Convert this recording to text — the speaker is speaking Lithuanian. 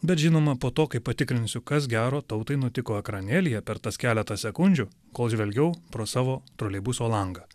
bet žinoma po to kai patikrinsiu kas gero tautai nutiko ekranėlyje per tas keletą sekundžių kol žvelgiau pro savo troleibuso langą